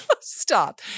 Stop